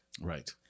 right